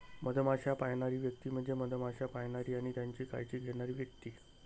मधमाश्या पाळणारी व्यक्ती म्हणजे मधमाश्या पाळणारी आणि त्यांची काळजी घेणारी व्यक्ती